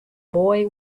boy